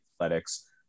athletics